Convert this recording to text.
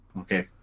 Okay